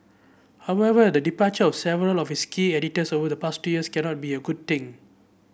however the departure of several of its key editors over the past two years cannot be a good thing